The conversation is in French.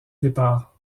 départ